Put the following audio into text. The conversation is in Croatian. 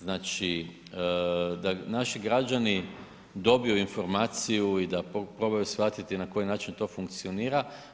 Znači da naši građani dobiju informaciju i da probaju shvatiti na koji način to funkcionira.